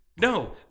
No